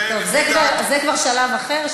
טוב, זה כבר שלב אחר.